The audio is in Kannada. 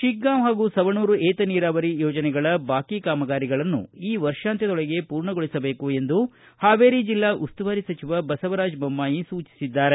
ಶಿಗ್ಗಾಂವ ಹಾಗೂ ಸವಣೂರ ಏಕ ನೀರಾವರಿ ಯೋಜನೆಗಳ ಬಾಕಿ ಕಾಮಗಾರಿಗಳನ್ನು ಈ ವರ್ಷಾಂತ್ಯದೊಳಗೆ ಮೂರ್ಣಗೊಳಿಸಬೇಕು ಎಂದು ಪಾವೇರಿ ಜಿಲ್ಲಾ ಉಸ್ತುವಾರಿ ಸಚಿವ ಬಸವರಾಜ ಬೊಮ್ಮಾಯಿ ಸೂಚಿಸಿದ್ದಾರೆ